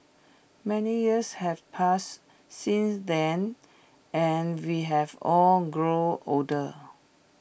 many years have passed since then and we have all grown older